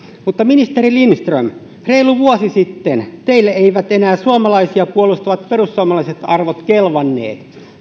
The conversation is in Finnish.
ministeri lindström reilu vuosi sitten teille eivät enää suomalaisia puolustavat perussuomalaiset arvot kelvanneet